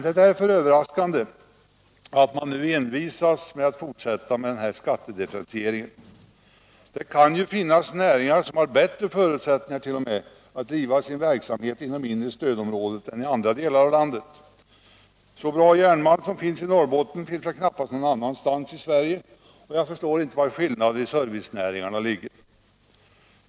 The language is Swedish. Det är därför överraskande att man nu envisas med att fortsätta med denna skattedifferentiering. Det kan ju finnas näringar som t.o.m. har bättre förutsättningar att driva sin verksamhet inom inre stödområdet än i andra delar av landet. Så bra järnmalm som det finns i Norrbotten finns väl knappast någon annanstans i Sverige, och jag förstår inte heller vari skillnaderna beträffande servicenäringarna skulle ligga.